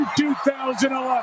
2011